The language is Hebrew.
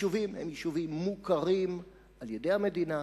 היישובים הם יישובים מוכרים על-ידי המדינה,